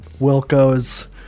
Wilco's